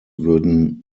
würden